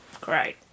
great